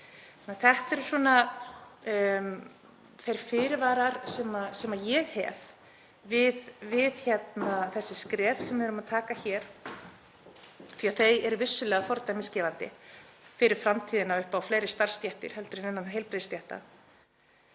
Þetta eru þeir fyrirvarar sem ég hef við þau skref sem við erum að taka hér því að þau eru vissulega fordæmisgefandi fyrir framtíðina upp á fleiri starfsstéttir innan heilbrigðisstétta.